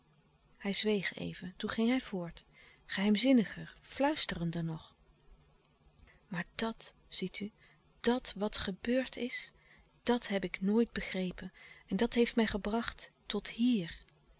hij zweeg even toen ging hij voort geheimzinniger fluisterender nog maar dàt ziet u dàt wat gebeurd is dat heb ik nooit begrepen en dat heeft mij gebracht tot hier